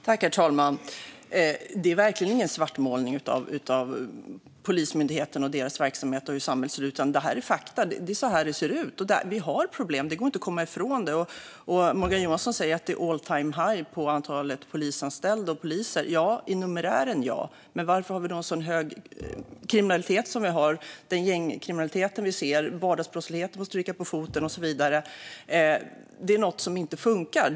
Herr talman! Det är verkligen ingen svartmålning av Polismyndigheten och deras verksamhet eller av hur samhället ser ut, utan detta är fakta. Det är så här det ser ut. Vi har problem; det går inte att komma ifrån det. Morgan Johansson säger att det är en all-time-high när det gäller antalet polisanställda och poliser. Det stämmer vad gäller numerären, men varför har vi då en så hög kriminalitet som vi har? Hur är det med den gängkriminalitet vi ser? Arbetet mot vardagsbrottsligheten får stryka på foten. Det är något som inte funkar.